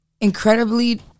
incredibly